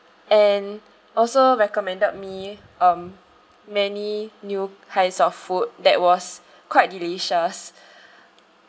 and also recommended me um many new kinds of food that was quite delicious